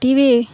TV